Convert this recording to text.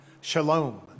Shalom